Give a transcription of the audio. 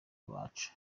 abacu